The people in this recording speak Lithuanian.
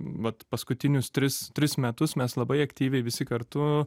vat paskutinius tris tris metus mes labai aktyviai visi kartu